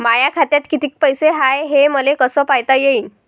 माया खात्यात कितीक पैसे हाय, हे मले कस पायता येईन?